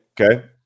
Okay